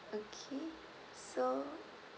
okay so